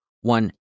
One